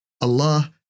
Allah